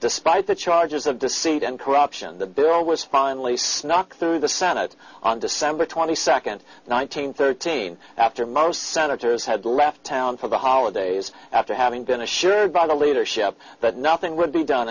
despite the charges of deceit and corruption the bill was finally snuck through the senate on december twenty second nineteen thirteen after most senators had left town for the holidays after having been assured by the leadership that nothing would be done